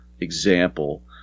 example